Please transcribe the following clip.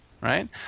right